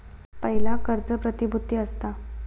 पयला कर्ज प्रतिभुती असता